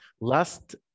last